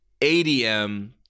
ADM